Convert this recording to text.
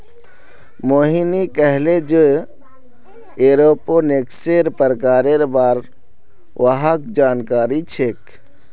मोहिनी कहले जे एरोपोनिक्सेर प्रकारेर बार वहाक जानकारी छेक